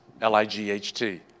L-I-G-H-T